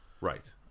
right